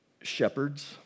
shepherds